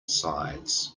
sides